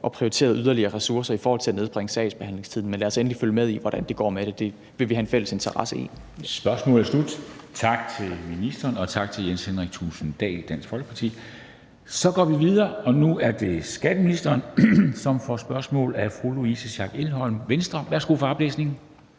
og prioriteret yderligere ressourcer i forhold til at nedbringe sagsbehandlingstiden. Men lad os endelig følge med i, hvordan det går med det. Det vil vi have en fælles interesse i. Kl. 14:22 Formanden (Henrik Dam Kristensen): Spørgsmålet er slut. Tak til ministeren, og tak til Jens Henrik Thulesen Dahl, Dansk Folkeparti. Så går vi videre, og nu er det skatteministeren, som får spørgsmål af fru Louise Schack Elholm, Venstre. Kl. 14:22 Spm. nr.